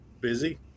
busy